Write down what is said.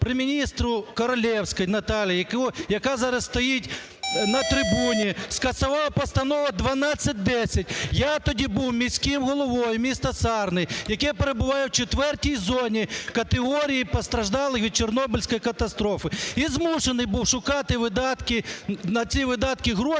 при міністру Королевській Наталії, яка зараз стоїть на трибуні, скасував Постанову 1210. Я тоді був міським головою міста Сарни, яке перебуває в четвертій зоні категорії постраждалих від Чорнобильської катастрофи, і змушений був шукати видатки… на ці видатки гроші